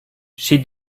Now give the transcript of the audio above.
she